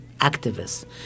activists